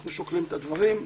אנחנו שוקלים את הדברים,